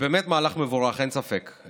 באמת מהלך מבורך, אין ספק.